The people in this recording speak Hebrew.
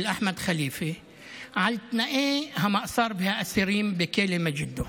של אחמד חליפה על תנאי המאסר והאסירים בכלא מגידו,